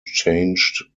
changed